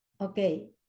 okay